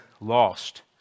lost